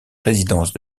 résidence